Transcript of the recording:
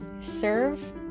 Serve